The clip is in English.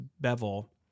Bevel